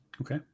Okay